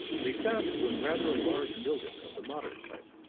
they found it was rather a large building of the modern type